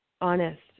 honest